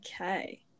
Okay